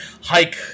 hike